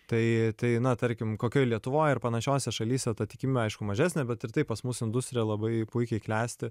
tai tai na tarkim kokioj lietuvoj ar panašiose šalyse ta tikimybė aišku mažesnė bet ir tai pas mus industrija labai puikiai klesti